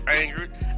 angered